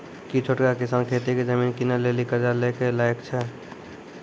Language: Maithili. कि छोटका किसान खेती के जमीन किनै लेली कर्जा लै के लायक छै?